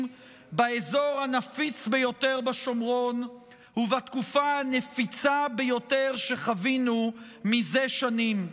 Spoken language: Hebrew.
באזור הנפיץ ביותר בשומרון ובתקופה הנפיצה ביותר שחווינו מזה שנים.